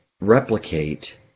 replicate